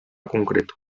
concreto